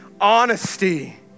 honesty